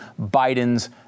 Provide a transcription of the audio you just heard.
biden's